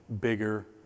bigger